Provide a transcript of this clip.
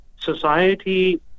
Society